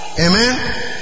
Amen